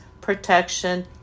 protection